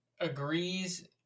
agrees